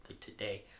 today